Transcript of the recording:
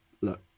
look